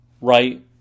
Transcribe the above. right